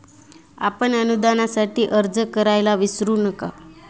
आपण अनुदानासाठी अर्ज करायला विसरू नका